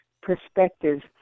perspectives